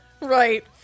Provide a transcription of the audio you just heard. right